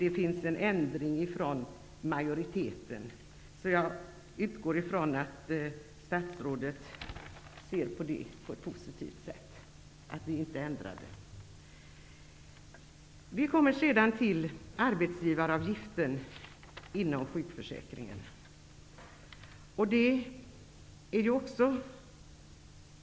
En ändring noteras från majoritetens sida. Jag utgår från att statsrådet har en positiv syn här. Sedan gäller det arbetsgivaravgiften inom sjukförsäkringen.